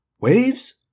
Waves